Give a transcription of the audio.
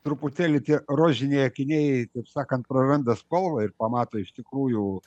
truputėlį tie rožiniai akiniai taip sakant praranda spalvą ir pamato iš tikrųjų